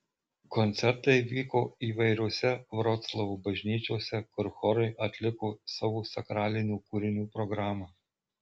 koncertai vyko įvairiose vroclavo bažnyčiose kur chorai atliko savo sakralinių kūrinių programą